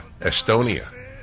Estonia